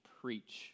preach